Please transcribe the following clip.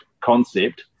concept